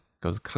goes